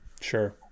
Sure